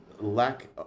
lack